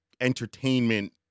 entertainment